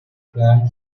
plan